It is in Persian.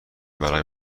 برای